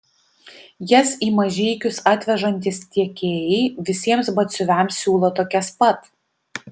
jas į mažeikius atvežantys tiekėjai visiems batsiuviams siūlo tokias pat